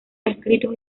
escritos